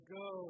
go